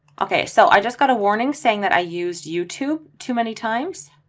okay, so i just got a warning saying that i used youtube too many times.